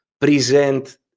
present